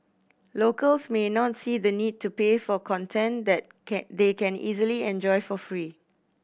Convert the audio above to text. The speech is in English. locals may not see the need to pay for content that can they can easily enjoy for free